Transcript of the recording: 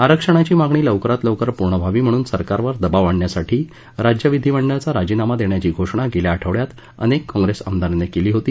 आरक्षणाची मागणी लवकरात लवकर पूर्ण व्हावी म्हणून सरकारवर दबाव आणण्यासाठी राज्य विधीमंडळाचा राजीनामा देण्याची घोषणा गेल्या आठवड्यात अनेक काँप्रेस आमदारांनी केली होती